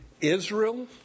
Israel